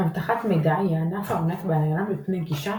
אבטחת מידע היא הענף העוסק בהגנה מפני גישה,